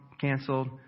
canceled